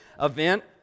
Event